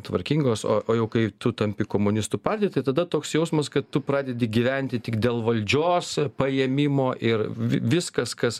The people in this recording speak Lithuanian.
tvarkingos o o jau kai tu tampi komunistų partija tai tada toks jausmas kad tu pradedi gyventi tik dėl valdžios paėmimo ir vi viskas kas